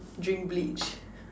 drink bleach